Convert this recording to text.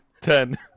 ten